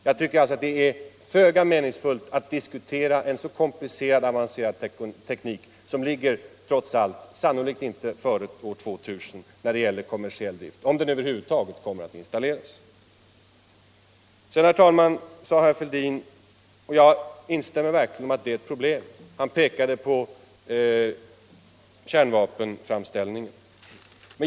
Jag tycker alltså att det är föga meningsfullt att diskutera en så komplicerad och avancerad teknik, som sannolikt inte finns i kommersiell drift före år 2000 —- om den över huvud taget kommer att installeras. Sedan, herr talman, pekade herr Fälldin på kärnvapenframställningen, och jag instämmer verkligen i att det är ett problem.